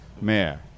mayor